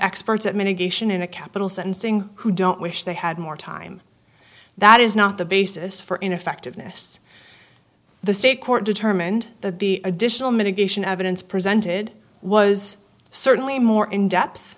experts at mitigation in a capital sentencing who don't wish they had more time that is not the basis for ineffectiveness the state court determined that the additional mitigation evidence presented was certainly more in depth